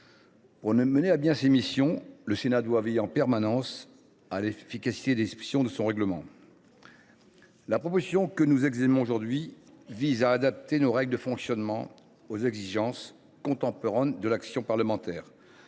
Pour mener à bien ses missions, le Sénat doit veiller en permanence à l’efficacité des dispositions de son règlement. La proposition que nous examinons aujourd’hui vise à adapter nos règles de fonctionnement aux exigences contemporaines de l’action parlementaire,